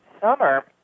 summer